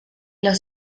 los